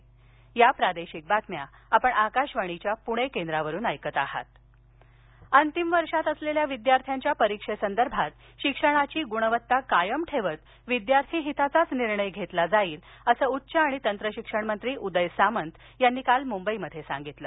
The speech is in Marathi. राज्य विद्यार्थी अंतिम वर्ष परीक्षा सामंत अंतिम वर्षात असलेल्या विद्यार्थ्याच्या परीक्षेसंदर्भात शिक्षणाची गृणवत्ता कायम ठेवत विद्यार्थी हिताचाच निर्णय घेतला जाईल असं उच्च आणि तंत्र शिक्षण मंत्री उदय सामंत यांनी काल मुंबईत सांगितलं